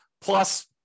Plus